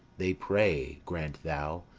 they pray grant thou,